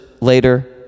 later